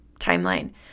timeline